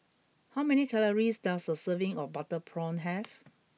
how many calories does a serving of Butter Prawn have